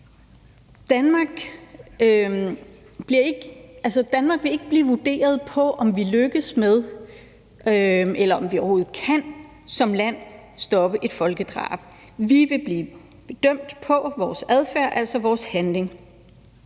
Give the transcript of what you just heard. Danmark vil ikke blive vurderet på, om vi lykkes med, eller om vi som land overhovedet kan stoppe et folkedrab. Vi vil blive bedømt på vores adfærd, altså vores handling.